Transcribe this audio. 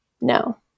no